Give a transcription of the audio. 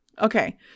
Okay